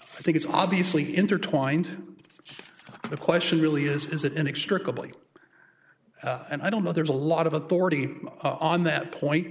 i think it's obviously intertwined the question really is is it an extra couple and i don't know there's a lot of authority on that point